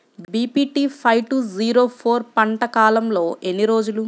BPT five two zero four పంట కాలంలో ఎన్ని రోజులు?